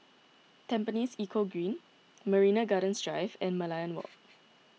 Tampines Eco Green Marina Gardens Drive and Merlion Walk